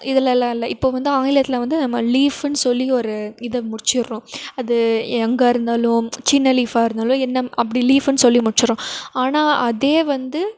இதுலெல்லாம் இல்லை இப்போ வந்து ஆங்கிலத்தில் வந்து நம்ம லீஃப்புனு சொல்லி ஒரு இதை முடிச்சுட்றோம் அது எங்கே இருந்தாலும் சின்ன லீஃபாக இருந்தாலும் என்ன அப்படி லீஃபுனு சொல்லி முடிச்சுட்றோம் ஆனால் அதே வந்து